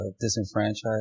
disenfranchised